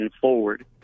forward